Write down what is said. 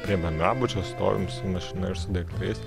prie bendrabučio stovim su mašina ir su daiktais